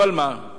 אבל מה?